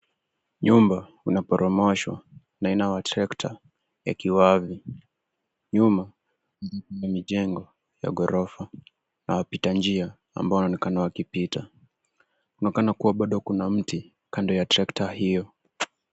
Nyumba inaporomoshwa na aina ya trekta ya kiwavi. Nyuma, kuna mijengo ya ghorofa na wapita njia ambao wanaoenekana wakipita. Kunaonekana kuwa bado kuna mti kando ya trekta hiyo.